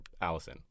Allison